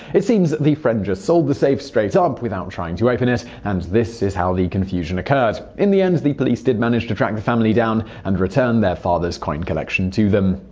it seems the friend just sold the safe straight up without trying to open it, and this is how the confusion occurred. in the end, the police did manage to track the family down and return their father's coin collection to them.